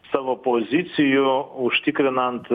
savo pozicijų užtikrinant